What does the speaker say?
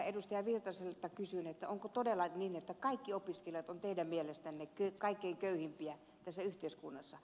erkki virtaselta kysyn onko todella niin että kaikki opiskelijat ovat teidän mielestänne kaikkein köyhimpiä tässä yhteiskunnassa